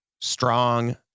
Strong